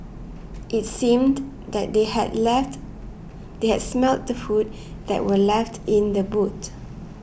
it seemed that they had left the smelt the food that were left in the boot